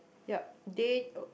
yup day